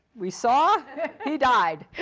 we saw, he died!